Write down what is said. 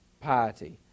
piety